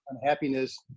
unhappiness